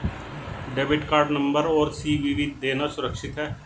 Debit card number और CVV देना सुरक्षित है?